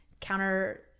counter